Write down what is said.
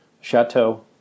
chateau